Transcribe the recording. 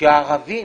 שהערבים